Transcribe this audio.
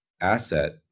asset